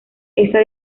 esa